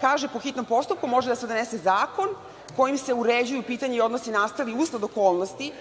Kaže – po hitnom postupku može da se donese zakon kojim se uređuju pitanja i odnosi nastali usled okolnosti